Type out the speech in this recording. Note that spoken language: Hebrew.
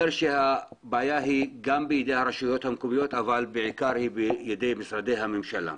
הבעיה היא גם בידי הרשויות המקומיות אבל בעיקר היא בידי משרדי הממשלה.